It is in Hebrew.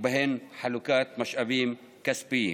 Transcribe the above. ובהם חלוקת משאבים כספיים.